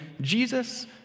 Jesus